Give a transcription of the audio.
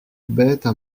bêtes